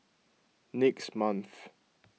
next month